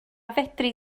fedri